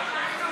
לא נתקבלה.